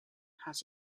has